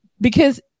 because-